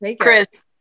Chris